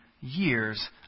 years